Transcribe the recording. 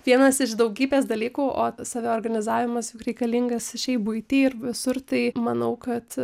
vienas iš daugybės dalykų o saviorganizavimas juk reikalingas ir šiaip buity ir visur tai manau kad